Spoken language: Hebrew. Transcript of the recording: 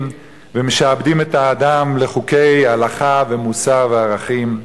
ומשעבדים את האדם לחוקי הלכה ומוסר וערכים.